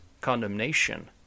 condemnation